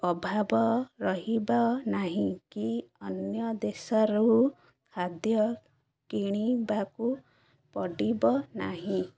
ଅଭାବ ରହିବ ନାହିଁ କି ଅନ୍ୟ ଦେଶରୁ ଖାଦ୍ୟ କିଣିବାକୁ ପଡ଼ିବ ନାହିଁ